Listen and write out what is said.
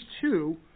two